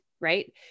right